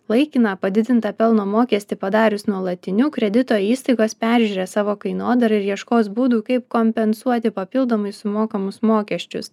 laikiną padidintą pelno mokestį padarius nuolatiniu kredito įstaigos peržiūrės savo kainodarą ir ieškos būdų kaip kompensuoti papildomai sumokamus mokesčius